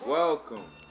welcome